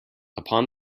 upon